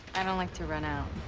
i don't like to run out.